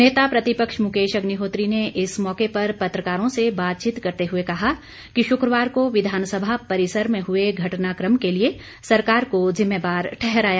नेता प्रतिपक्ष मुकेश अग्निहोत्री ने इस मौके पर पत्रकारों से बातचीत करते हुए शुक्रवार को विधानसभा परिसर में हुए घटनाक़म के लिए सरकार को जिम्मेवार ठहराया